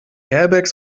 airbags